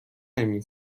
نمی